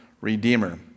redeemer